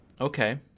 Okay